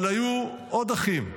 אבל היו עוד אחים,